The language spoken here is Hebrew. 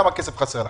כמה כסף חסר לך?